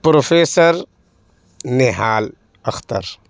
professor Nahal Akhtar